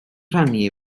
rannu